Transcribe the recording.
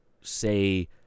say